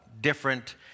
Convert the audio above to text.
different